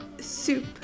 soup